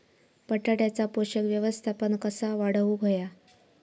बटाट्याचा पोषक व्यवस्थापन कसा वाढवुक होया?